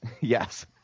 Yes